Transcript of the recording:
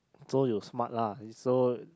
so you smart lah so